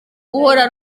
guhora